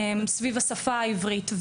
לימודי השפה העברית,